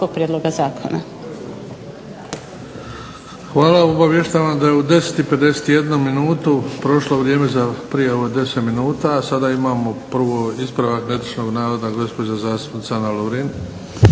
Hvala. Obavještavam da je u 10 i 51 minutu prošlo vrijeme za prijavu od 10 minuta. Sada imamo prvo ispravak netočnog navoda, gospođa zastupnica Ana Lovrin.